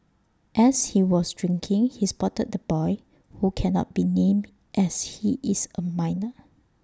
as he was drinking he spotted the boy who cannot be named as he is A minor